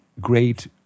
great